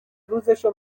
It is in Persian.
روزشو